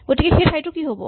গতিকে সেই ঠাইটোৰ কি হ'ব